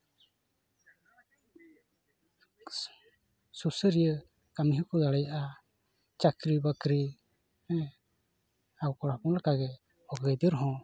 ᱥᱩᱥᱟᱹᱨᱤᱭᱟᱹ ᱠᱟᱹᱢᱤ ᱦᱚᱸᱠᱚ ᱫᱟᱲᱮᱭᱟᱜᱼᱟ ᱪᱟᱹᱠᱨᱤᱼᱵᱟᱹᱠᱨᱤ ᱟᱵᱚ ᱠᱚᱲᱟ ᱦᱚᱯᱚᱱ ᱞᱮᱠᱟᱜᱮ ᱦᱚᱠ ᱟᱹᱭᱫᱟᱹᱨ ᱦᱚᱸ